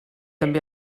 també